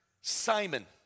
Simon